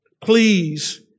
Please